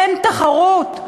אין תחרות.